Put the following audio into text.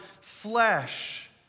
flesh